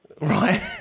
Right